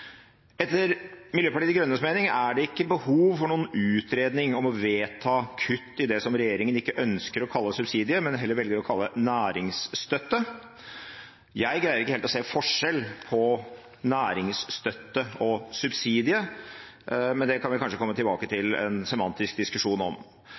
Etter Miljøpartiet De Grønnes mening er det ikke behov for noen utredning om å vedta kutt i det som regjeringen ikke ønsker å kalle subsidier, men heller velger å kalle «næringsstøtte». Jeg greier ikke helt å se forskjell på «næringsstøtte» og «subsidie», men det kan vi kanskje komme tilbake til en semantisk diskusjon om.